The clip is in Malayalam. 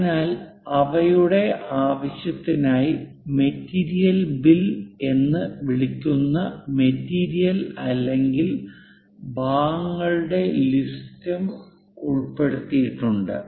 അതിനാൽ അവയുടെ ആവശ്യത്തിനായി മെറ്റീരിയൽ ബിൽ എന്ന് വിളിക്കുന്ന മെറ്റീരിയൽ അല്ലെങ്കിൽ ഭാഗങ്ങളുടെ ലിസ്റ്റും ഉൾപ്പെടുത്തിയിട്ടുണ്ട്